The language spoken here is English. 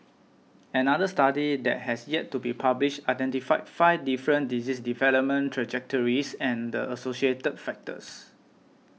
another study that has yet to be published identified five different disease development trajectories and the associated factors